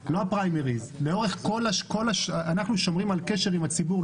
אנחנו שומרים על קשר עם הציבור,